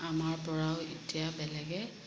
আমাৰ পৰাও এতিয়া বেলেগে